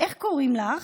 איך קוראים לך?